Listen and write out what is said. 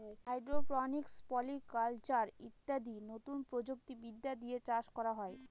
hydroponics, polyculture ইত্যাদি নতুন প্রযুক্তি বিদ্যা দিয়ে চাষ করা হয়